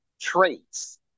traits